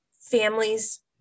families